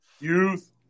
youth